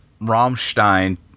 Rammstein